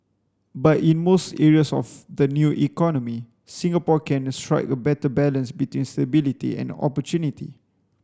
but in most areas of the new economy Singapore can strike a better balance between stability and opportunity